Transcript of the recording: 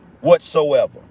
Whatsoever